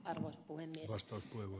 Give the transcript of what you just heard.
arvoisa puhemies ostoskuilu